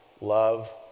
love